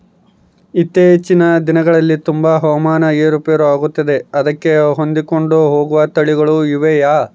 ಇತ್ತೇಚಿನ ದಿನಗಳಲ್ಲಿ ತುಂಬಾ ಹವಾಮಾನ ಏರು ಪೇರು ಆಗುತ್ತಿದೆ ಅದಕ್ಕೆ ಹೊಂದಿಕೊಂಡು ಹೋಗುವ ತಳಿಗಳು ಇವೆಯಾ?